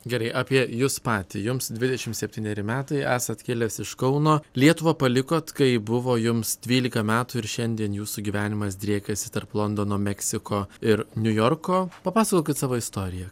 gerai apie jus patį jums dvidešim septyneri metai esat kilęs iš kauno lietuvą palikot kai buvo jums dvylika metų ir šiandien jūsų gyvenimas driekiasi tarp londono meksiko ir niujorko papasakokit savo istoriją